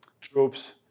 troops